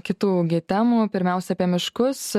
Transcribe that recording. kitų temų pirmiausia apie miškus